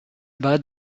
bas